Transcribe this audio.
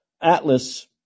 Atlas